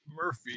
Murphy